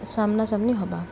ସାମ୍ନା ସାମ୍ନି ହବା